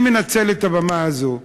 אני מנצל את הבמה הזאת: